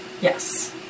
Yes